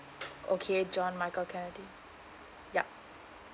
okay john michael kennedy yup